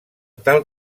tal